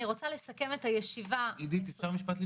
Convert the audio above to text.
אני רוצה לסכם את הישיבה --- עידית אפשר משפט לסיכום?